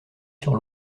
sur